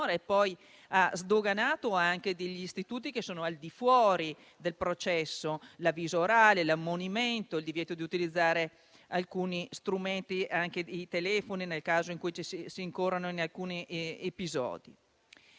inoltre sdoganato degli istituti che sono al di fuori del processo: l'avviso orale, l'ammonimento, il divieto di utilizzare alcuni strumenti (i telefoni) nel caso in cui si incorra in alcuni episodi.